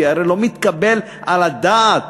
כי הרי לא מתקבל על הדעת